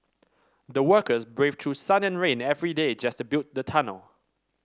the workers braved through sun and rain every day just to build the tunnel